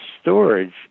storage